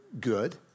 good